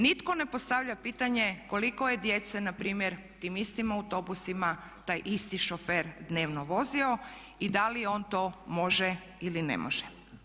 Nitko ne postavlja pitanje koliko je djece na primjer tim istim autobusima taj isti šofer dnevno vozio i da li on to može ili ne može.